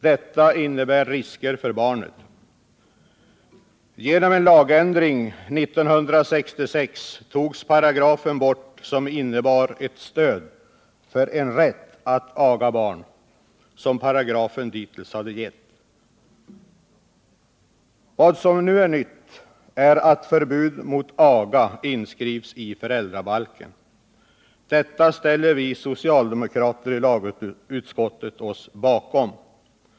Detta innebär risker för barnet. Genom en lagändring 1966 togs den paragraf bort som innebar ett stöd för en rätt att aga barn, som paragrafen dittills hade gett. Vad som nu är nytt är att förbud mot aga inskrivs i föräldrabalken. Detta ställer vi socialdemokrater i lagutskottet oss bakom.